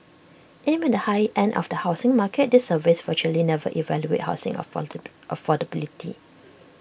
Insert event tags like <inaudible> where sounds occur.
aimed at the high end of the housing market these surveys virtually never evaluate housing <unintelligible> affordability